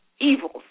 evils